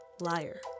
Liar